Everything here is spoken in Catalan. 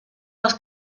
les